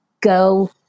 go